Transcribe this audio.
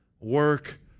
work